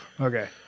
Okay